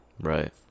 Right